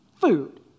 Food